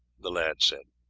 the lad said.